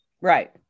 Right